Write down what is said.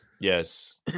Yes